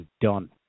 done